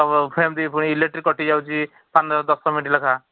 ସବ ସେମିତି ପୁଣି ଇଲେକ୍ଟ୍ରିକ କଟିଯାଉଛି ପାଞ୍ଚ ଦଶ ମିନିଟ୍ ଲେଖା